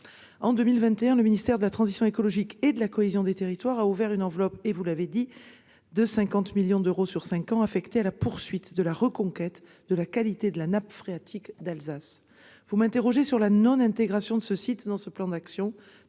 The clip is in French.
En 2021, le ministre de la transition écologique et de la cohésion des territoires a consacré une enveloppe de 50 millions d'euros sur cinq ans à la poursuite de la reconquête de la qualité de la nappe phréatique d'Alsace. Vous m'interrogez sur l'exclusion de ce site de ce plan d'action.